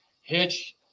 hitch